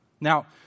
Now